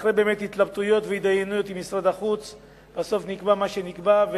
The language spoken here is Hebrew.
באמת אחרי התלבטויות והתדיינויות עם משרד החוץ בסוף נקבע מה שנקבע.